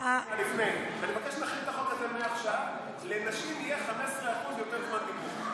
אני מבקש להחיל את החוק הזה מעכשיו: לנשים יהיה 15% יותר זמן דיבור.